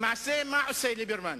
למעשה, מה עשה ליברמן?